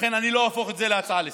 לכן, אני לא אהפוך את זה להצעה לסדר-היום.